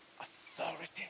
authority